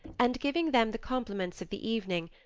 and giving them the compliments of the evening,